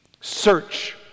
search